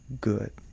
good